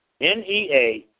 NEA